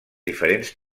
diferents